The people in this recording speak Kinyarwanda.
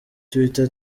twitter